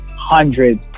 hundreds